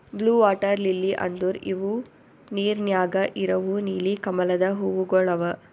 blue water lily ಅಂದುರ್ ಇವು ನೀರ ನ್ಯಾಗ ಇರವು ನೀಲಿ ಕಮಲದ ಹೂವುಗೊಳ್ ಅವಾ